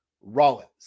Rollins